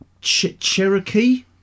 Cherokee